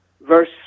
verse